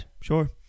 sure